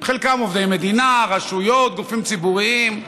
חלקם עובדי מדינה, רשויות, גופים ציבוריים,